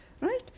Right